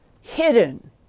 hidden